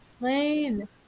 Lane